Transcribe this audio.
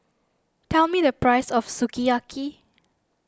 tell me the price of Sukiyaki